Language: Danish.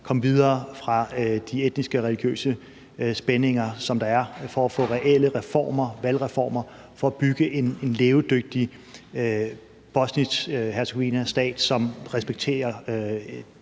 komme videre fra de etniske og religiøse spændinger, som der er, for at få reelle reformer, valgreformer, for at bygge en levedygtig bosnisk-hercegovinsk stat, som respekterer